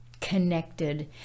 connected